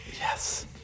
Yes